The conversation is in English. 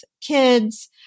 kids